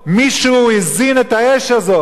מישהו הזין את האש הזאת.